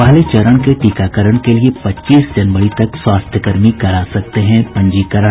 पहले चरण के टीकाकरण के लिए पच्चीस जनवरी तक स्वास्थ्य कर्मी करा सकते हैं पंजीकरण